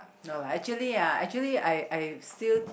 no lah actually ah actually I I still